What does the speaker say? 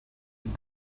with